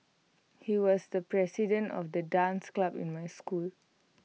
he was the president of the dance club in my school